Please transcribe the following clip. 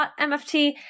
MFT